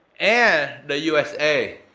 and the usa.